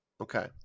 Okay